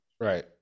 Right